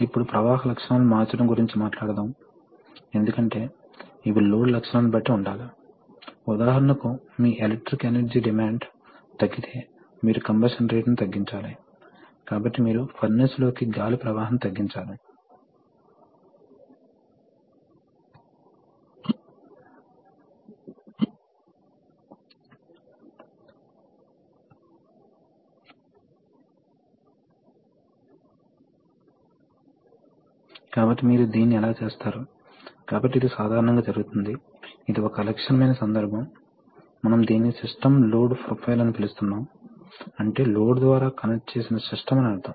మీరు ప్రెజర్ రెగ్యులేటర్లను కలిగి ఉండవచ్చు ఫ్లో కంట్రోల్ వాల్వ్ ఈ సాధారణ డైరెక్షన్ కంట్రోల్ వాల్వ్ కాకుండా వివిధ రకాల వాల్వ్స్ ఉండవచ్చు మీకు ఇక్కడ కంట్రోల్ సిస్టం ఎలెమెంట్స్ తెలుసు ఇది సాధారణంగా గ్యాస్ కంప్రెస్డ్ ఎయిర్ సిస్టమ్ ఇది pneumatic control system pneumatic control elements మరియు చివరకు యాక్యుయేటర్ కాబట్టి ఇవి మూడు రకాలు న్యూమాటిక్ కంట్రోల్ లలో సాధారణంగా ఉపయోగించే పరికరాలు